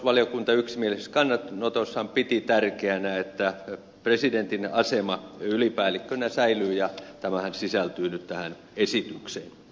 puolustusvaliokunta yksimielisesti kannanotossaan piti tärkeänä että presidentin asema ylipäällikkönä säilyy ja tämähän sisältyy nyt tähän esitykseen